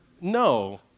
No